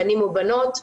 בנים ובנות,